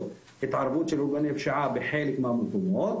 התערבות של ארגוני פשיעה בחלק מהמקומות,